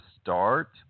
start